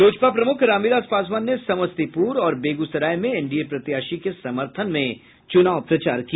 लोजपा प्रमूख रामविलास पासवान ने समस्तीपुर और बेगूसराय में एनडीए प्रत्याशी के समर्थन में चुनाव प्रचार किया